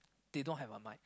they don't have a mike